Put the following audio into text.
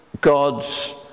God's